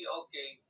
okay